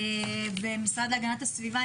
ומשרד להגנת הסביבה.